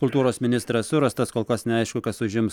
kultūros ministras surastas kol kas neaišku kas užims